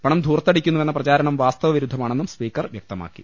പണം ധൂർത്തടിക്കുന്നുവെന്ന പ്രചാരണം വാസ്തവ വിരുദ്ധമാ ണെന്നും സ്പീക്കർ വ്യക്തമാക്കി